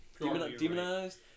demonized